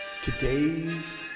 Today's